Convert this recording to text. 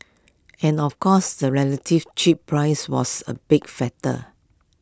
and of course the relative cheap price was A big factor